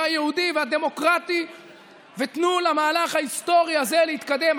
היהודי והדמוקרטי ותנו למהלך ההיסטורי הזה להתקדם.